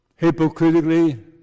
hypocritically